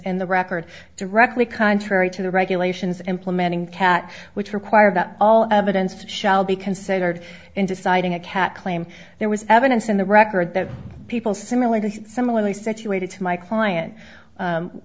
in the record directly contrary to the regulations implementing cat which required that all evidence shall be considered in deciding a cat claim there was evidence in the record that people similar to similarly situated to my client